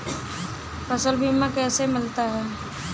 फसल बीमा कैसे मिलता है?